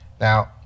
now